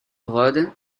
rhodes